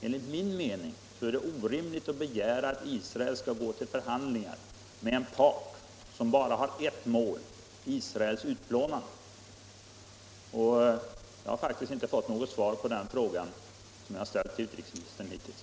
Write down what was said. Enligt min mening är det orimligt att begära att Israel skall gå till förhandlingar med en part som bara har ett mål: Israels utplånande. Och jag har faktiskt ännu inte fått något svar på den fråga som jag ställt till utrikesministern.